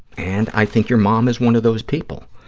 and i think your mom is one of those people.